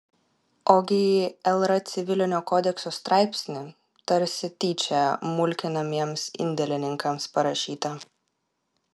ogi lr civilinio kodekso straipsnį tarsi tyčia mulkinamiems indėlininkams parašytą